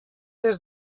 des